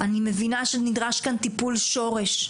אני מבינה שנדרש כאן טיפול שורש,